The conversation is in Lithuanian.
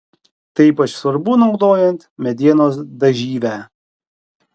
tai ypač svarbu naudojant medienos dažyvę